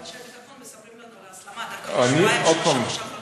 אנשי ביטחון מספרים לנו על הסלמה דווקא בשבועיים-שלושה עוד פעם,